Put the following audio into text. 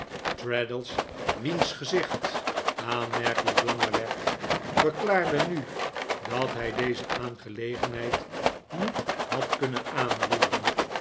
traddles wiens gezicht aanmerkelijk langer werd verklaarde nu dat hij deze aangelegenheid niet had kunnen aanroeren